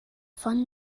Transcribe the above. von